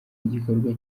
igikorwa